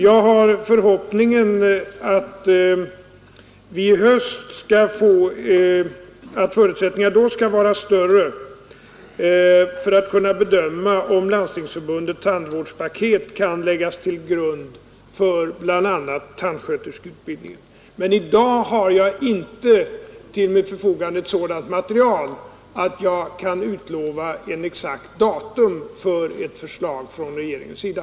Jag har förhoppningen att förutsättningarna i höst skall vara större för att bedöma om Landstingsförbundets tandvårdspaket kan läggas till grund för bl.a. tandsköterskeutbildningen. Men i dag har jag inte till mitt förfogande ett sådant material att jag kan utlova ett exakt datum för ett förslag från regeringens sida.